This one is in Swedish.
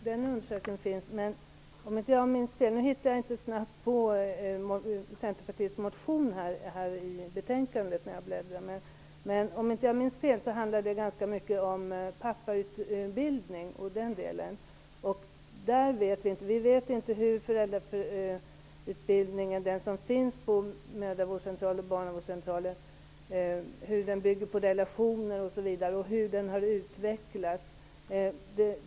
Fru talman! Den undersökningen finns. Nu hittar jag inte Centerpartiets motion när jag bläddrar i betänkandet, men om jag inte minns fel handlade den ganska mycket om pappautbildning och den delen. Men vi vet inte hur den föräldrautbildning som finns på mödravårdscentraler och barnavårdscentraler bygger på relationer och hur den har utvecklats.